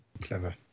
clever